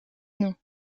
nom